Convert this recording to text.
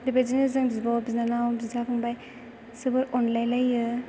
बेबायदिनो जों बिब' बिनानाव बिदा फंबाय जोबोर अनज्लायलायो